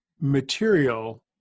material